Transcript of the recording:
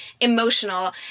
emotional